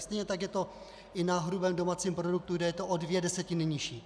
Stejně tak je to i na hrubém domácím produktu, kde je to o dvě desetiny nižší.